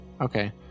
okay